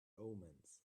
omens